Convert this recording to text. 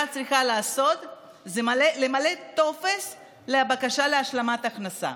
צריכה לעשות זה למלא טופס בקשה להשלמת הכנסה.